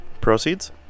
proceeds